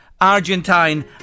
Argentine